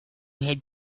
had